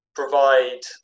provide